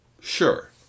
Sure